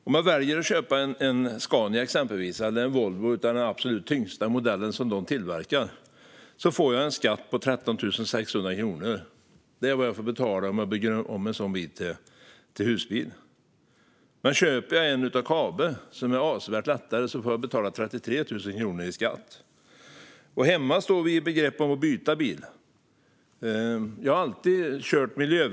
Om jag väljer att köpa en lastbil från exempelvis Scania eller Volvo, den absolut tyngsta modellen de tillverkar, får jag en skatt på 13 600 kronor. Det är vad jag får betala om jag bygger om en sådan bil till husbil. Men om jag köper en husbil från Kabe, som är avsevärt lättare, får jag betala 33 000 kronor i skatt. Hemma står vi i begrepp att byta bil.